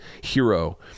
hero